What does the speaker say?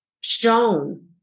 shown